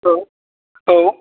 औ औ